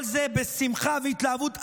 כל זה בשמחה והתלהבות אדירה.